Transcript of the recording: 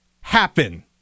happen